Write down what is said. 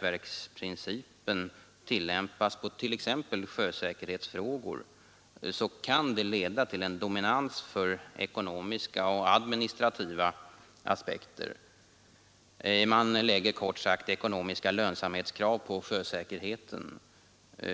den principen tillämpas i t.ex. sjösäkerhetsfrågor, så kan det leda till en dominans för ekonomiska och administrativa aspekter. Man lägger då kort sagt ekonomiska lönsamhetskrav på sjösäkerheten.